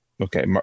Okay